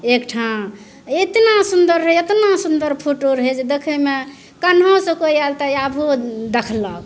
एकठाम एतना सुन्दर रहै एतना सुन्दर फोटो रहै जे देखैमे कोनहुसे कोइ आएल तऽ आबो देखलक